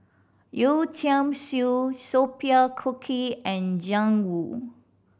Yeo Tiam Siew Sophia Cooke and Jiang Hu